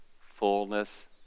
fullness